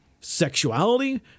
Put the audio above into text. sexuality—